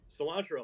Cilantro